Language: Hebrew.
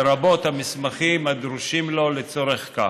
לרבות המסמכים הדרושים לו לצורך כך.